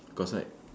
of course right